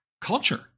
culture